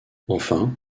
enfin